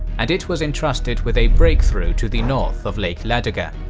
and it was entrusted with a breakthrough to the north of lake ladoga.